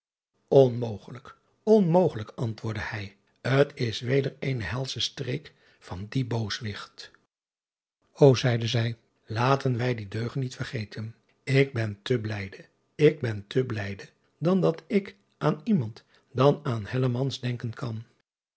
nmogelijk onmogelijk antwoordde hij t s weder eene helsche streek van dien booswicht o zeide zij laten wij dien deugniet vergeten k ben te blijde ik ben te blijde dan dat ik aan iemand dan aan denken kan